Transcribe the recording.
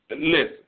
Listen